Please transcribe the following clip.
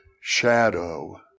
shadow